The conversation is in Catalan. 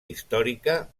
històrica